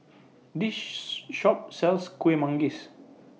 This Shop sells Kuih Manggis